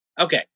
Okay